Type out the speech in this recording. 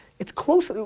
it's close,